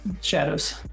shadows